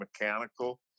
mechanical